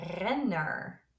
Renner